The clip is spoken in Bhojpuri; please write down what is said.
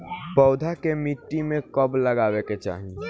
पौधा के मिट्टी में कब लगावे के चाहि?